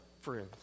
friends